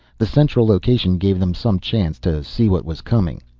the central location gave them some chance to see what was coming.